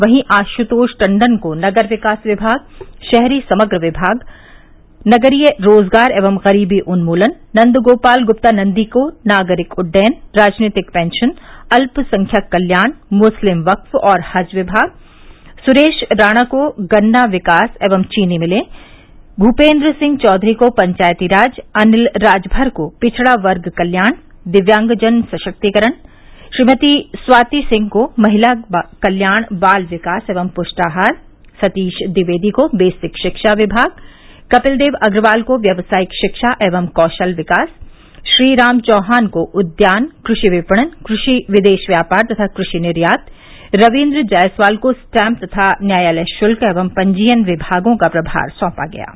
वहीं आश्तोष टण्डन को नगर विकास विभाग शहरी समग्र विभाग नगरीय रोजगार एवं गरीबी उन्मूलन नन्द गोपाल गुप्ता नन्दी को नागरिक उड्डयन राजनीतिक पेंशन अल्पसंख्यक कल्याण मुस्लिम वक्फ और हज विभाग सुरेश राणा को गन्ना विकास एवं चीनी मिलें भूपेन्द्र सिंह चौधरी को पंचायती राज अनिल राजभर को पिछड़ा वर्ग कल्याण दिव्यांगजन सशक्तीकरण श्रीमती स्वाति सिंह को महिला कल्याण बाल विकास एवं पुष्टाहार सतीश द्विवेदी बेसिक शिक्षा विभाग कपिलदेव अग्रवाल को व्यावसायिक रिक्षा एवं कौशल विकास श्रीराम चौहान को उद्यान कृषि विपणन कृषि विदेश व्यापार तथा कृषि निर्यात रवीन्द्र जायसवाल को स्टैम्प तथा न्यायालय श्क्ल एवं पंजीयन विभागों का प्रभार सौंपा गया है